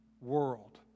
world